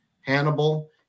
Hannibal